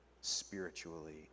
spiritually